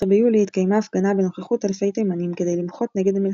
ב-19 ביולי התקיימה הפגנה בנוכחות אלפי תימנים כדיד למחות נגד המלחמה.